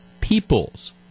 Peoples